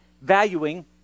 valuing